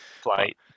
flight